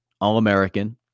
All-American